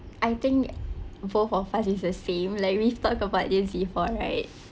I think both of us is the same like we talked about this before right